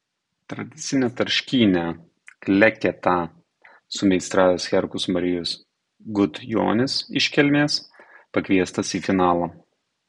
tradicinę tarškynę kleketą sumeistravęs herkus marijus gudjonis iš kelmės pakviestas į finalą